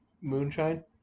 Moonshine